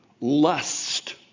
lust